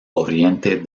oriente